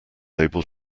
able